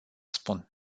spun